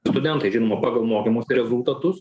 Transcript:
studentai žinoma pagal mokymosi rezultatus